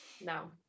No